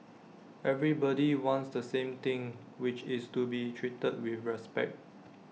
everybody wants the same thing which is to be treated with respect